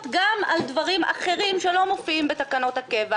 גם על דברים אחרים שלא מופיעים בתקנות הקבע.